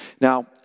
Now